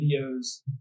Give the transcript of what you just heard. videos